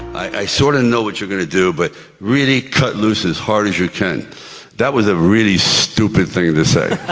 i sorta know what you're gonna do, but really cut loose as hard as you can that was a really stupid thing to say.